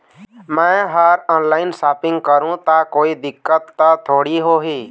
मैं हर online shopping करू ता कोई दिक्कत त थोड़ी होही?